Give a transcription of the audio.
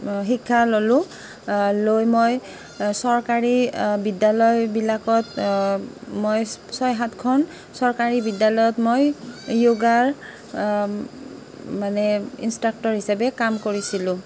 শিক্ষা ল'লো লৈ মই চৰকাৰী বিদ্যালয়বিলাকত মই ছয় সাতখন চৰকাৰী বিদ্যালয়ত মই যোগৰ মানে ইনষ্ট্ৰাক্টৰ হিচাপে কাম কৰিছিলোঁ